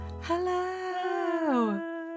Hello